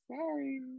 sorry